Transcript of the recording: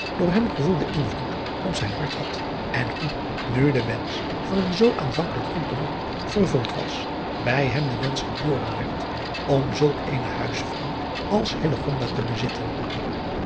door hem gevoelden invloed op zijn hart had en hoe nu de wensch van een zoo aanvankelijk goed beroep vervuld was bij hem de wensch geboren werd om zulk eene huisvrouw als te bezitten